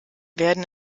werden